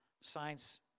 science